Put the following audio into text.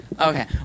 Okay